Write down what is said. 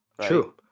true